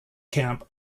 camp